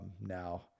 Now